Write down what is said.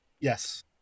Yes